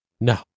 No